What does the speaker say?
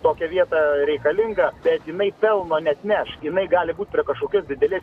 tokia vieta reikalinga bet jinai pelno neatneš jinai gali būt prie kažkokios didelės